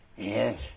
Yes